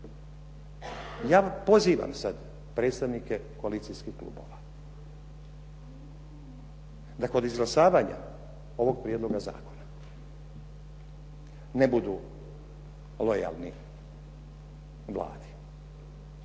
Ja pozivam sada predstavnice koalicijskih klubova, da kod izglasavanja ovoga prijedloga zakona ne budu lojalni Vladi,